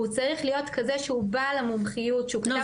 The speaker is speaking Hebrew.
הוא צריך להיות כזה שהוא בעל המומחיות שהוא כתב --- לא,